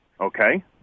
Okay